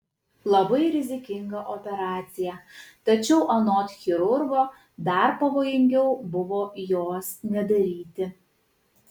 labai rizikinga operacija tačiau anot chirurgo dar pavojingiau buvo jos nedaryti